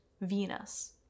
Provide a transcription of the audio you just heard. Venus